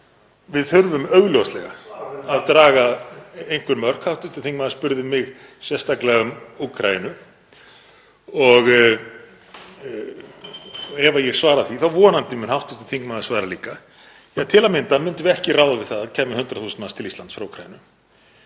í.)Við þurfum augljóslega að draga einhver mörk. Hv. þingmaður spurði mig sérstaklega um Úkraínu. Ef ég svara því þá vonandi mun hv. þingmaður svara líka, til að mynda myndum við ekki ráða við að það kæmu 100.000 manns til Íslands frá Úkraínu.